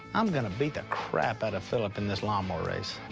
i'm gonna beat the crap out of phillip in this lawn mower race.